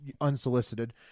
unsolicited